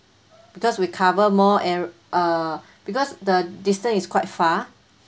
because we cover more and uh because the distance is quite far